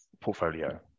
portfolio